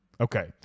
Okay